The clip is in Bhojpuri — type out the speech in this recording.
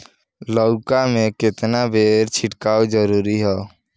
लउका में केतना बेर छिड़काव जरूरी ह?